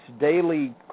daily